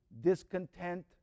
discontent